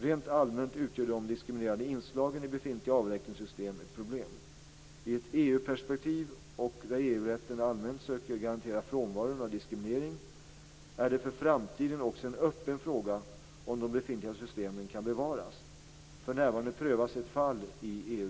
Rent allmänt utgör de diskriminerande inslagen i befintliga avräkningssystem ett problem. I ett EU-perspektiv där EU-rätten allmänt sett söker garantera frånvaron av diskriminering är det för framtiden också en öppen fråga om de befintliga systemen kan bevaras. För närvarande prövas ett fall i EU